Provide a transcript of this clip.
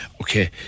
okay